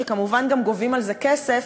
שכמובן גם גובים על זה כסף,